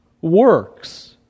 works